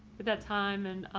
that time and